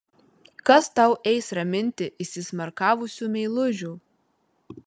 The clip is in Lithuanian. kas tau eis raminti įsismarkavusių meilužių